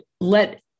let